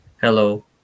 hello